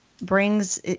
brings